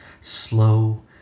Slow